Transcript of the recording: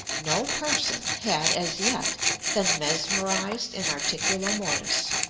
no person had as yet been mesmerized in articulo mortis.